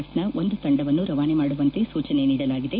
ಎಫ್ನ ಒಂದು ತಂಡವನ್ನು ರವಾನೆ ಮಾಡುವಂತೆ ಸೂಚನೆ ನೀಡಲಾಗಿದೆ